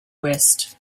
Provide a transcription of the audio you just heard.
west